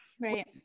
right